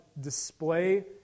display